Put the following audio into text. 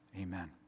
Amen